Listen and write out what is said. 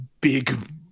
big